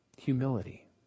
humility